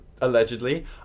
allegedly